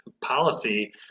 policy